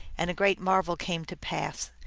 and a great marvel came to pass,